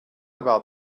about